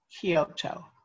Kyoto